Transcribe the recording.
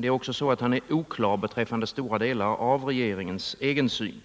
Det är också så att han är oklar beträffande stora delar av regeringens egen syn.